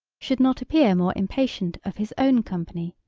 should not appear more impatient of his own company,